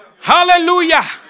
Hallelujah